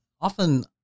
often